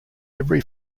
every